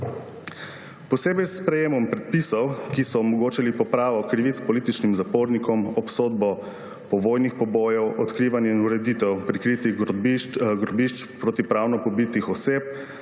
posebej s sprejetjem predpisov, ki so omogočali popravo krivic političnim zapornikom, obsodbo povojnih pobojev, odkrivanjem in ureditvijo prikritih grobišč protipravno pobitih oseb,